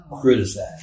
criticize